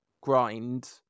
grind